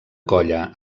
colla